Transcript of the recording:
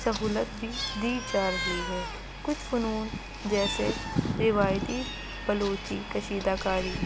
سہولت بھی دی جا رہی ہے کچھ فنون جیسے روایتی بلوچی کشیدہ کاری